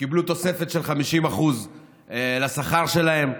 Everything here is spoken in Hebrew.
קיבלו תוספת של 50% לשכר שלהם.